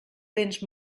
béns